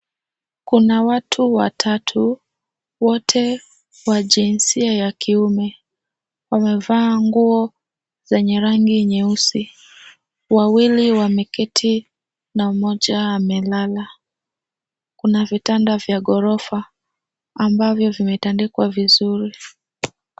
Kuna watu watatu, wote wa jinsia ya kiume. Wamevaa nguo zenye rangi nyeusi. Wawili wameketi na mmoja amelala. Kuna vitanda vya ghorofa ambavyo vimetandikwa vizuri.